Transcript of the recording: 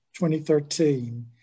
2013